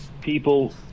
people